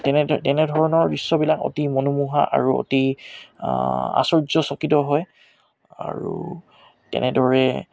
তেনে তেনেধৰণৰ দৃশ্যবিলাক অতি মনোমোহা আৰু অতি আশ্চৰ্যচকিত হয় আৰু তেনেদৰে